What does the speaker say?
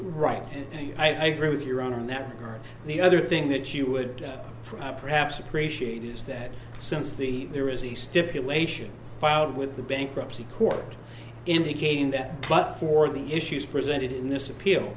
right and i agree with your own in that regard the other thing that you would perhaps appreciate is that since the there is a stipulation filed with the bankruptcy court indicating that but for the issues presented in this appeal